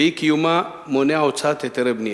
ואי-קיומה מונע הוצאת היתרי בנייה.